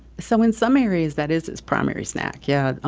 so in some areas, that is its primary snack. yeah,